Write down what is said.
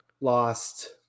lost